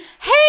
hey